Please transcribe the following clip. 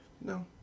No